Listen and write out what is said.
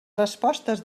respostes